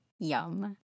Yum